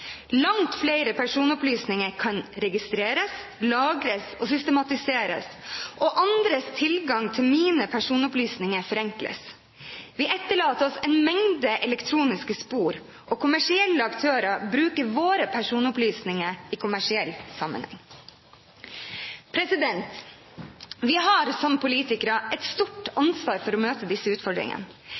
Langt flere personopplysninger kan registreres, lagres og systematiseres, og andres tilgang til mine personopplysninger forenkles. Vi etterlater oss en mengde elektroniske spor, og kommersielle aktører bruker våre personopplysninger i kommersiell sammenheng. Vi har som politikere et stort ansvar for å møte disse utfordringene.